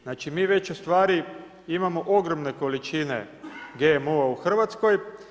Znači mi već ustvari imamo ogromne količine GMO u Hrvatskoj.